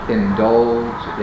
indulge